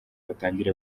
batangire